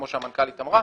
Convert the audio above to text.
כפי שהמנכ"לית אמרה,